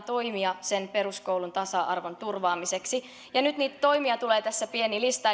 toimia peruskoulun tasa arvon turvaamiseksi ja nyt niitä toimia tulee tässä pieni lista